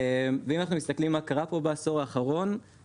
ואם אנחנו מסתכלים מה קרה פה בעשור האחרון,